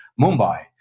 Mumbai